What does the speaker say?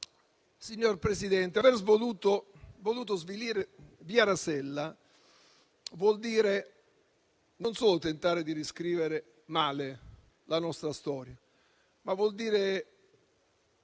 Signor Presidente, aver voluto svilire i fatti di via Rasella vuol dire non solo tentare di riscrivere male la nostra storia, ma anche